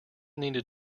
needed